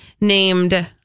named